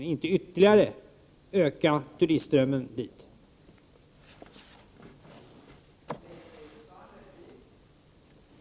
Det skulle bara ytterligare öka turistströmmen till dessa orter.